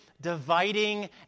dividing